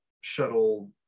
shuttle